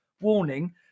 warning